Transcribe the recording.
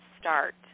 start